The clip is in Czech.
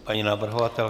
Paní navrhovatelka?